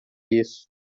isso